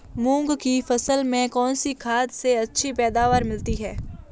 मूंग की फसल में कौनसी खाद से अच्छी पैदावार मिलती है?